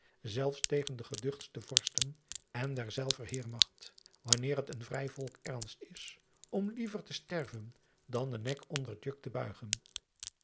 zelfs tegen de geduchtste orsten en derzelver heirmagt wanneer het een vrij volk ernst is om driaan oosjes zn et leven van illegonda uisman iever te sterven dan den nek onder het juk te buigen